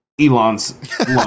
elon's